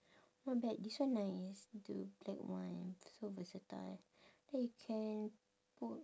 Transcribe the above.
not bad this one nice the black one so versatile then you can put